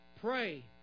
pray